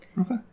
Okay